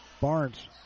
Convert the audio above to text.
Barnes